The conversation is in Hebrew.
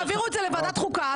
תעבירו את זה לוועדת החוקה,